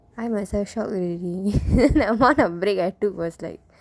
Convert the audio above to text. I myself shock already the amount of break I took was like